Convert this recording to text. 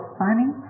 funny